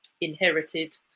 inherited